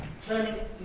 turning